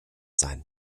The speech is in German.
sein